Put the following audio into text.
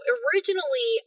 originally